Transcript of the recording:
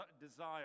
desire